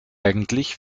eigentlich